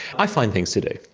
i find things to do.